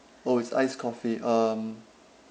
oh it's iced coffee um